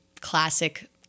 classic